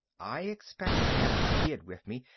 i expect to have the kid with me,